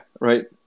right